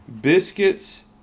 Biscuits